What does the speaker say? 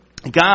God